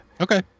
Okay